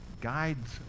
guides